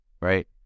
right